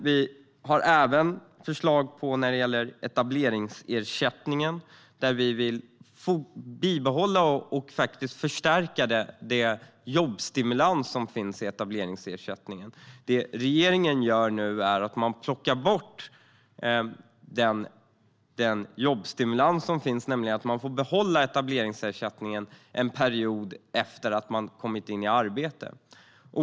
Vi har även förslag avseende etableringsersättningen. Vi vill bibehålla och förstärka den jobbstimulans som finns i etableringsersättningen. Det regeringen gör är att plocka bort den jobbstimulans som finns och som innebär att man får behålla etableringsersättningen en period efter att man kommit in i arbete.